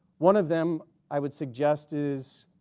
one of them i would suggest is